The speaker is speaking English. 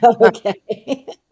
Okay